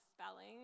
spelling